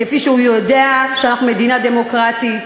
כיוון שהוא יודע שאנחנו מדינה דמוקרטית,